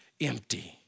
empty